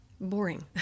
boring